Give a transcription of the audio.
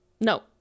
No